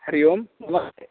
हरिः ओं नमस्ते